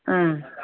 अँ